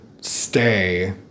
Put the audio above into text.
stay